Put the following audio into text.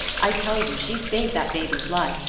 i tell you she saved that baby's life,